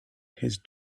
his